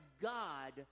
God